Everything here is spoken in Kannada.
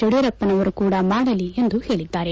ಯಡಿಯೂರಪ್ಪನವರು ಕೂಡ ಮಾಡಲಿ ಎಂದು ಹೇಳಿದ್ದಾರೆ